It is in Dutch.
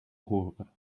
horen